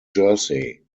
jersey